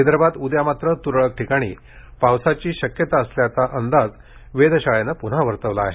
विदर्भात उद्या मात्र त्रळक ठिकाणी पावसाची शक्यता असल्याचा अंदाज वेधशाळेनं प्न्हा वर्तवला आहे